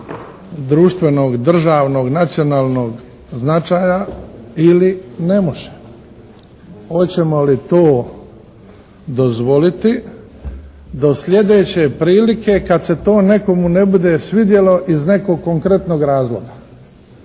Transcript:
društvenog, državnog, nacionalnog značaja ili ne može? Hoćemo li to dozvoliti do sljedeće prilike kad se to nekomu ne bude svidjelo iz neko konkretnog razloga.